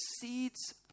seeds